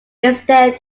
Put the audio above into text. instead